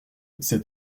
c’est